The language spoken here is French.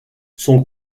son